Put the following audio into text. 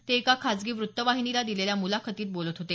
ते एका खासगी वृत्तवाहिनीला दिलेल्या मुलाखतीत काल बोलत होते